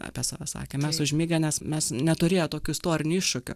apie save sakė mes užmigę nes mes neturėjo tokių istorinių iššūkių